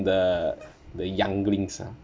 the the younglings ah